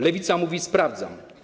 Lewica mówi: sprawdzam.